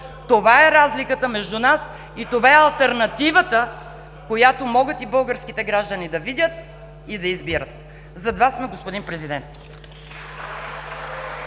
Това е разликата между нас и това е алтернативата, която могат и българските граждани да видят и да избират. Зад Вас сме, господин Президент.